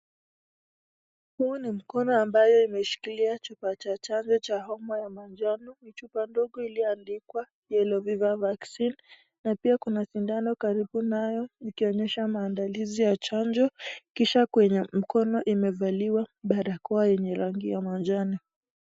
Huu ni mkono ambayo imeshikilia chupa cha chanjo cha homa ya manjano. Ni chupa ndogo iliyoandikwa yellow fever vaccine na pia kuna sindano karibu nayo ikionyesha maandalizi ya chanjo kisha kwenye mkono imevaliwa barakoa yenye rangi ya majani.